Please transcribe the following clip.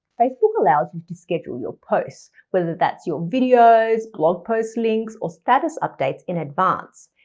facebook allows you to schedule your posts, whether that's your videos, blog posts links, or status updates in advance.